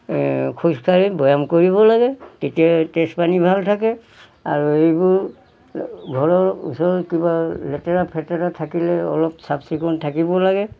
খোজকাঢ়ি বৈয়াম কৰিব লাগে তেতিয়া তেজপানী ভাল থাকে আৰু এইবোৰ ঘৰৰ ওচৰত কিবা লেতেৰা ফেতেৰা থাকিলে অলপ চাফ চিকুণ থাকিব লাগে